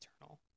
eternal